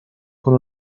con